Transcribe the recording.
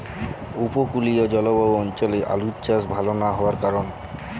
উপকূলীয় জলবায়ু অঞ্চলে আলুর চাষ ভাল না হওয়ার কারণ?